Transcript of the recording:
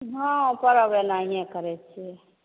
हँ पर्ब एनाहिए करै छियै